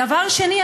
דבר שני,